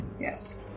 Yes